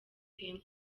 temple